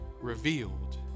revealed